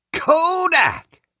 Kodak